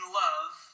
love